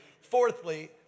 Fourthly